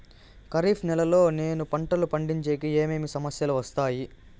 ఖరీఫ్ నెలలో నేను పంటలు పండించేకి ఏమేమి సమస్యలు వస్తాయి?